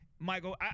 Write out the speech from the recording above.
Michael